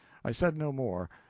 i said no more,